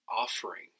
offering